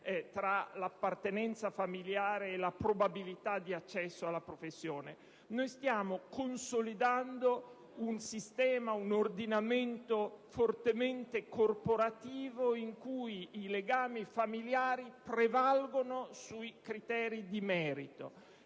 tra l'appartenenza familiare e la probabilità di accesso alla professione. Stiamo consolidando un sistema familista e corporativo, nel quale i legami familiari prevalgono sui criteri di merito.